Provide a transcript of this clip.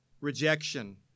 rejection